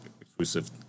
exclusive